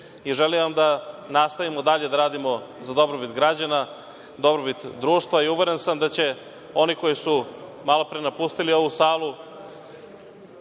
i želim vam da nastavimo dalje da radimo za dobrobit građana, dobrobit društva i uveren sam da će oni koji su malo pre napustili ovu salu